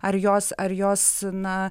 ar jos ar jos na